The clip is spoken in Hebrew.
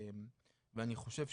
ואני חושב,